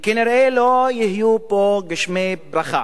כנראה לא יהיו פה גשמי ברכה,